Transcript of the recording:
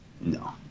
No